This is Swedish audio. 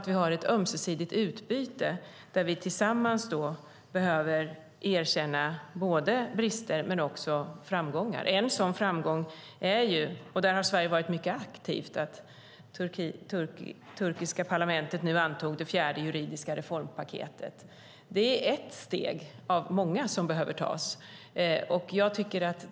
Vi har ett ömsesidigt utbyte där vi tillsammans behöver erkänna både brister och framgångar. En sådan framgång är, och där har Sverige varit mycket aktivt, att det turkiska parlamentet nu antagit det fjärde juridiska reformpaketet. Det är ett steg av många som behöver tas.